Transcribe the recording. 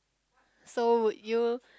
so would you